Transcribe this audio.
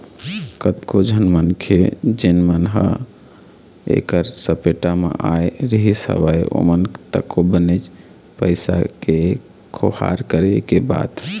कतको झन मनखे जेन मन ह ऐखर सपेटा म आय रिहिस हवय ओमन तको बनेच पइसा के खोहार करे के बाद